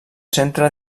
centre